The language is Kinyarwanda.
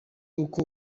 uko